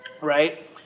right